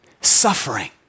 Suffering